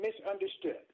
misunderstood